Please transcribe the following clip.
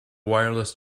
wireless